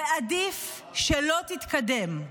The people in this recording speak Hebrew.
ועדיף שלא תתקדם.